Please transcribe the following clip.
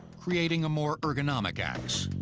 creating a more ergonomic axe.